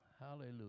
hallelujah